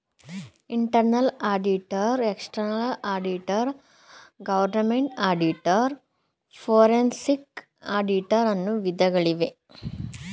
internal auditor, external auditor, government auditor, forensic auditor, ಅನ್ನು ವಿಧಗಳಿವೆ